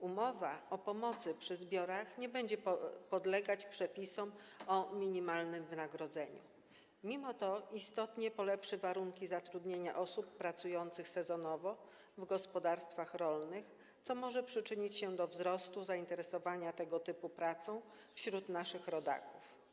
Umowa o pomocy przy zbiorach nie będzie podlegać przepisom o minimalnym wynagrodzeniu, mimo to istotnie polepszy warunki zatrudnienia osób pracujących sezonowo w gospodarstwach rolnych, co może przyczynić się do wzrostu zainteresowania tego typu pracą wśród naszych rodaków.